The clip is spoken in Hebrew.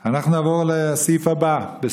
התרבות והספורט, נתקבלה.